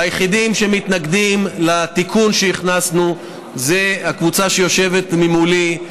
והיחידים שמתנגדים לתיקון שהכנסנו הם הקבוצה שיושבת מולי.